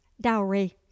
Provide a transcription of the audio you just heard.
dowry